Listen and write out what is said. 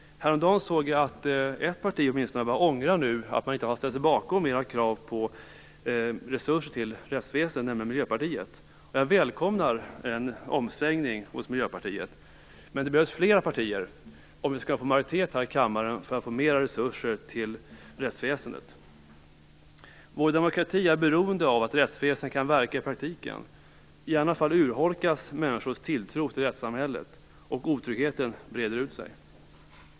Härom dagen såg jag att åtminstone ett parti nu har börjat ångra att man inte har ställt sig bakom fler krav på resurser till rättsväsendet. Detta parti är Miljöpartiet. Jag välkomnar denna omsvängning hos Miljöpartiet, men det behövs fler partier om vi skall få majoritet här i kammaren för att få mera resurser till rättsväsendet. Vår demokrati är beroende av att rättsväsendet kan verka i praktiken. I annat fall urholkas människors tilltro till rättssamhället, och otryggheten breder ut sig.